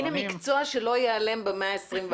הנה מקצוע שלא ייעלם במאה ה-21.